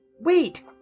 wait